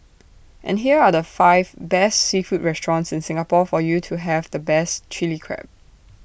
and here are the five best seafood restaurants in Singapore for you to have the best Chilli Crab